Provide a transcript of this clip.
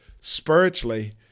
spiritually